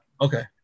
Okay